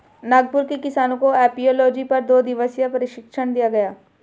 नागपुर के किसानों को एपियोलॉजी पर दो दिवसीय प्रशिक्षण दिया गया